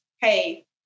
hey